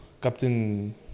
Captain